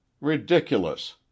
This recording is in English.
Ridiculous